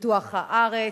בפיתוח הארץ,